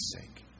sake